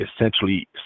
essentially